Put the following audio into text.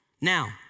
Now